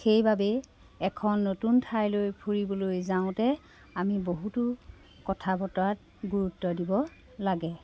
সেইবাবে এখন নতুন ঠাইলৈ ফুৰিবলৈ যাওঁতে আমি বহুতো কথা বতৰাত গুৰুত্ব দিব লাগে